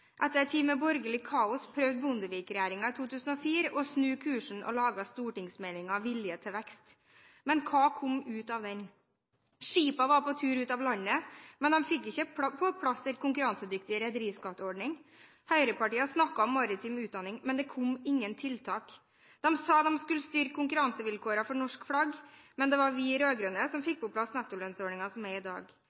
Etter en tid med borgerlig kaos prøvde Bondevik-regjeringen i 2004 å snu kursen og laget stortingsmeldingen Vilje til vekst. Men hva kom ut av den? Skipene var på tur ut av landet, men de fikk ikke på plass en konkurransedyktig rederiskattordning. Høyrepartiene snakket om maritim utdanning, men det kom ingen tiltak. De sa de skulle styrke konkurransevilkårene for norsk flagg, men det var vi rød-grønne som fikk på plass nettolønnsordningen som er i dag.